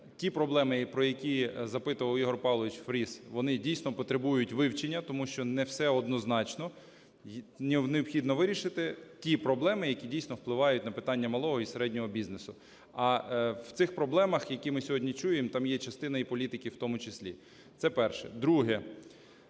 Ті проблеми, про які запитував Ігор Павлович Фріс, вони дійсно потребують вивчення, тому що не все однозначно. Необхідно вирішити ті проблеми, які дійсно впливають на питання малого і середнього бізнесу. А в цих проблемах, які ми сьогодні чуємо, там є частина і політики в тому числі. Це перше. Друге.